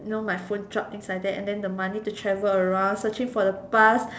you know my phone drop thing like that and then the money to travel around searching for the past